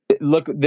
Look